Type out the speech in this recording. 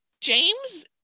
James